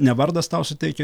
ne vardas tau suteikia